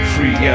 Free